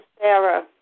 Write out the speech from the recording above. Sarah